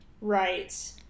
Right